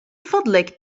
فضلك